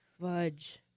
Fudge